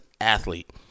athlete